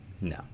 No